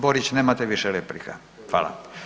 Borić nemate više replika, hvala.